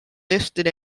listed